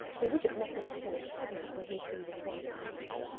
the widgett method of thought puzzled her weakly rhetorical mind.